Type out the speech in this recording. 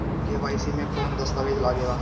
KYC मे कौन दश्तावेज लागेला?